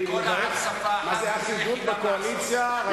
מה-זה אחידות בקואליציה.